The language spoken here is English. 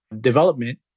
development